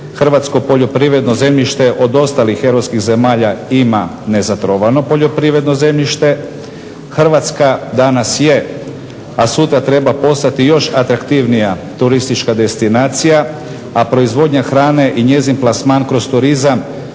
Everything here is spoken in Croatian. hrvatsko poljoprivredno zemljište od ostalih europskih zemalja ima nezatrovano poljoprivredno zemljište. Hrvatska danas je a sutra treba postati još atraktivnija turistička destinacija, a proizvodnja hrane i njezin plasman kroz turizam